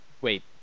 Wait